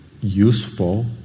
useful